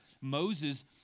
Moses